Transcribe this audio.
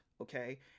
okay